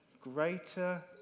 greater